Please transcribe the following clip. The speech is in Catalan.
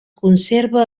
conserva